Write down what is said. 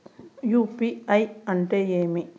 UPI అంటే ఏమి?